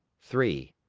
three.